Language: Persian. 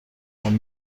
آبان